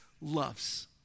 loves